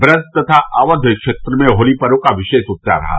ब्रज तथा अव्य क्षेत्र में होली पर्व का विशेष उत्साह रहा